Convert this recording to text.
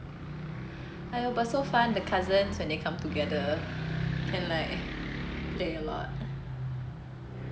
!aiyo! but so fun the cousins when they come together can like play a lot